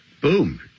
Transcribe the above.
boom